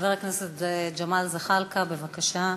חבר הכנסת ג'מאל זחאלקה, בבקשה.